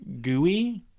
gooey